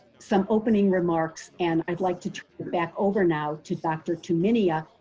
some opening remarks. and i'd like to turn it back over now to dr. tumminia,